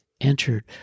entered